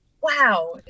Wow